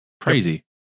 crazy